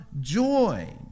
joy